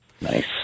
Nice